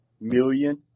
million